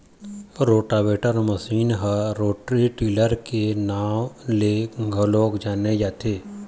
rotavator machine ह rotary tiller के नांव ले घलोक जाने जाथे